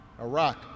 Iraq